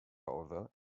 however